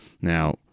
Now